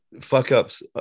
fuck-ups